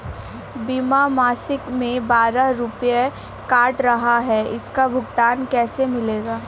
बीमा मासिक में बारह रुपय काट रहा है इसका भुगतान कैसे मिलेगा?